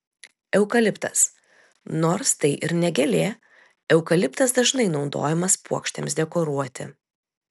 eukaliptas nors tai ir ne gėlė eukaliptas dažnai naudojamas puokštėms dekoruoti